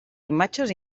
imatges